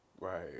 Right